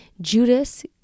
judas